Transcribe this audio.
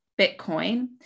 Bitcoin